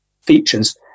features